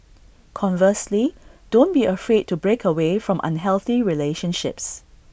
conversely don't be afraid to break away from unhealthy relationships